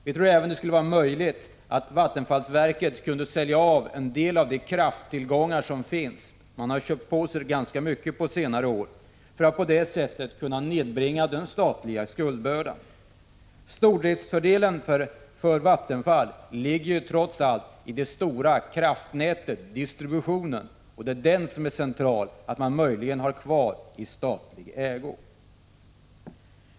Vi tror även att det skulle vara möjligt för vattenfallsverket att sälja ut en del av de krafttillgångar som finns — man har köpt på sig ganska mycket på senare år. På det sättet skulle man kunna nedbringa den statliga skuldbördan. Stordriftsfördelen för Vattenfall ligger trots allt i det stora kraftnätet, distributionen, och det är den som möjligen är viktig att ha kvar i statlig ägo.